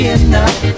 enough